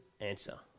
answer